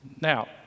Now